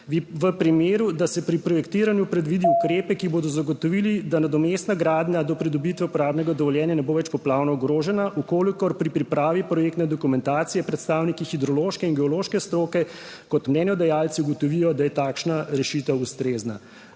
V primeru, da se pri projektiranju predvidi ukrepe, ki bodo zagotovili, da nadomestna gradnja do pridobitve uporabnega dovoljenja ne bo več poplavno ogrožena, v kolikor pri pripravi projektne dokumentacije predstavniki hidrološke in geološke stroke, kot mnenjedajalci ugotovijo, da je takšna rešitev ustrezna.